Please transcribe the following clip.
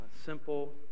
simple